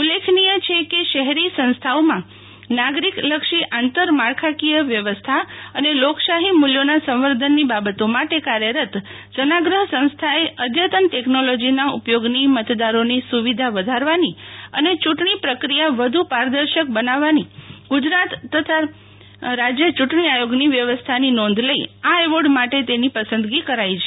ઉલ્લેખનીય છે કે શહેરી સંસ્થાઓમાં નાગરિક લક્ષી આંતરમાળખાકીય વ્યવસ્થા અને લોકશાહી મૂલ્યોના સંવર્ધનની બાબતો માટે કાર્યરત જનાગ્રહ સંસ્થાએ અધતન ટેકનોલોજીના ઉપયોગની મતદારોની સુવિધા વધારવાની અને ચૂંટણી પ્રક્રિયા વધુ પારદર્શક બનાવવાની ગુજરાત રાજ્ય ચૂંટણી આયોગની વ્યવસ્થાની નોંધ લઈ આ એવોર્ડ માટે તેની પસંદગી કરાઈ છે